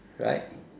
right